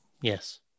Yes